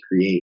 create